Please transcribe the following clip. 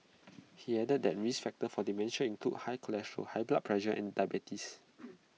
he added that risk factors for dementia include high cholesterol high blood pressure and diabetes